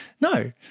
no